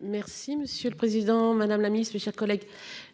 Merci monsieur le président, madame la ministre, chers collègues.